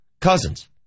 Cousins